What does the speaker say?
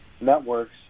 Networks